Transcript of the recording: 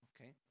Okay